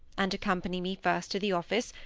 and accompany me first to the office,